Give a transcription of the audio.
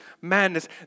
madness